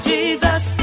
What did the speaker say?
Jesus